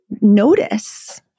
notice